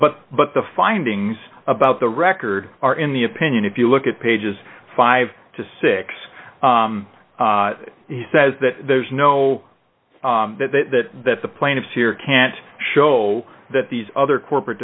but but the findings about the record are in the opinion if you look at pages five to six he says that there's no that that the plaintiffs here can't show that these other corporate